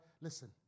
listen